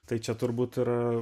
tai čia turbūt ir